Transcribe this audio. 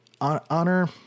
honor